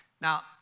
Now